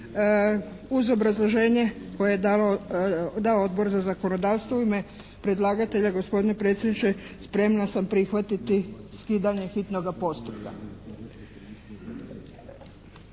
uz obrazloženje koje je dao Odbor za zakonodavstvo u ime predlagatelja gospodine predsjedniče spremna sam prihvatiti skidanje hitnoga postupka.